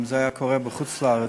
אם זה קורה בחוץ-לארץ,